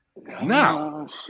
Now